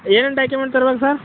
ಏನೇನು ಡಾಕಿಮೆಂಟ್ ತರಬೇಕು ಸರ್